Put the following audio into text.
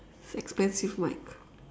it's expensive mic